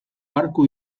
arku